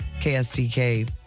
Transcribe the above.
KSTK